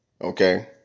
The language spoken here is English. Okay